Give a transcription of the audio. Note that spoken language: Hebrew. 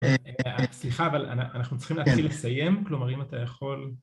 סליחה, אבל אנחנו צריכים להתחיל לסיים, כלומר אם אתה יכול...